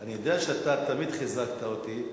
אני יודע שאתה תמיד חיזקת אותי.